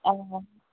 অঁ